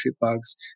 bugs